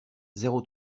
zéro